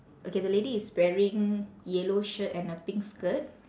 okay the lady is wearing yellow shirt and a pink skirt